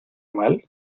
mal